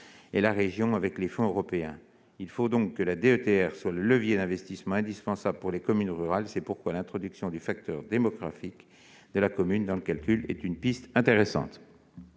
et la région, avec les fonds européens. La DETR doit devenir le levier d'investissement indispensable pour les communes rurales. C'est pourquoi l'introduction du facteur démographique de la commune dans le calcul est une piste intéressante.